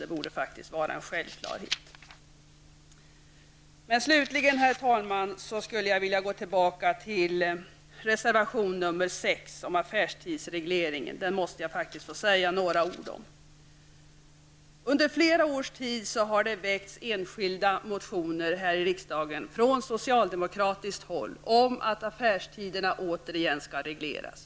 Det borde faktiskt vara en självklarhet. Slutligen, herr talman, vill jag säga några ord om reservation 6 som handlar om affärstidsregleringen. Under flera år har enskilda motioner väckts här i riksdagen från socialdemokratiskt håll. Man har sagt att man vill att affärstiderna återigen skall regleras.